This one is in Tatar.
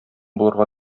булырга